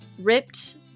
ripped